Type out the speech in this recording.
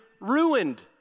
ruined